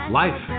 life